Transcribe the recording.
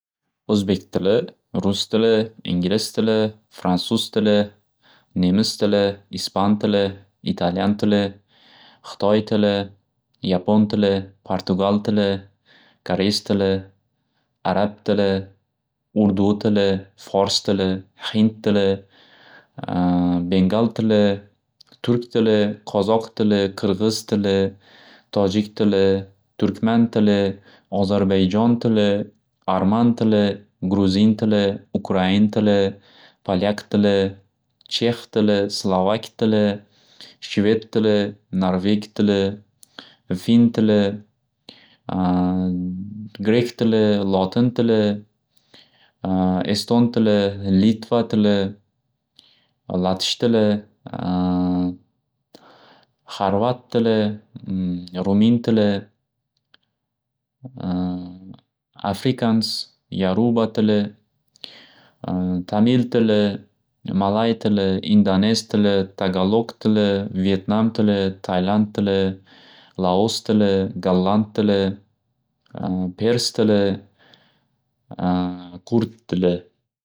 O'zbek tili, rus tili, ingli tili, fransus tili, nemis tili, ispan tili, italyan tili, xitoy tili, yapon tili, fartugal tili, kareys tili, arab tili, urdu tili, fors tili, hindi tili, bengal tili, turk tili, qozoq tili, qirg'iz tili, tojik tili, turkman tili, ozarbayjon tili, orman tili, gruzin tili, ukrain tili, palyak tili, chex tili, slavak tili, shvet tili, norveg tili, hind tili, grek tili, lotin tili, eston tili, litva tili, latsh tili, xarvat tili, rumin tili, afrikans yaruba tili, kamil tili, malay tili, indanez tili, tagalok tili, vetnam tili, tailand tili, laus tili, galland tili, pers tili, qurt tili.